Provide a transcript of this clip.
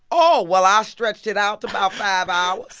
oh, well, i stretched it out to about five hours